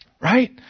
Right